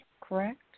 correct